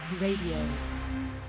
Radio